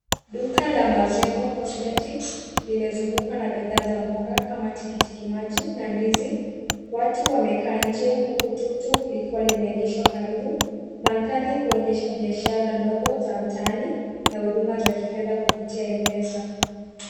Duka la Mazengo Cosmetics, limezungukwa na bidhaa za mboga kama tikitikimaji na ndizi. Watu wamekaa nje huku tuktuk likiwa limeegeshwa karibu. Mandhari huonyesha biashara ndogo za mtaani na huduma za kifedha kupitia M-Pesa.